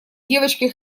девочкой